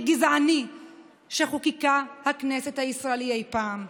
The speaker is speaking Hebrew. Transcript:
גזעני שחוקקה הכנסת הישראלית אי-פעם?